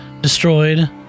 destroyed